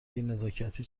بینزاکتی